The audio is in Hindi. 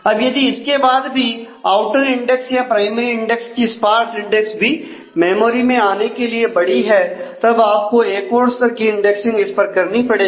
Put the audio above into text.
अब यदि इसके बाद भी आउटर इंडेक्स या प्राइमरी इंडेक्स की स्पार्स इंडेक्स भी मेमोरी में आने के लिए बड़ी है तब आपको एक और स्तर की इंडेक्सिंग इस पर करनी पड़ेगी